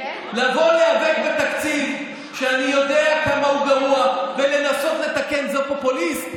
לבוא להיאבק בתקציב שאני יודע כמה הוא גרוע ולנסות לתקן זה פופוליסט?